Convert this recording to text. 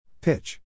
Pitch